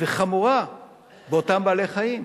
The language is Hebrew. וחמורה באותם בעלי-חיים.